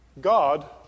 God